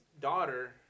daughter